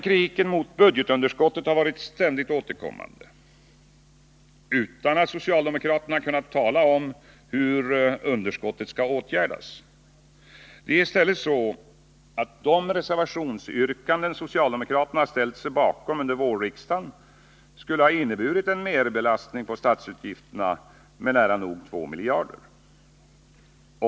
Kritiken mot budgetunderskottet har varit ständigt återkommande, utan att socialdemokraterna kunnat tala om hur underskottet skall åtgärdas. Det är i stället så att de reservationsyrkanden socialdemokraterna ställt sig bakom under vårriksdagen skulle inneburit en merbelastning på statsutgifterna med två miljarder kronor.